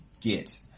get